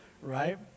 right